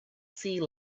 sea